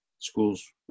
Schools